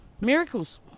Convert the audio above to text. Miracles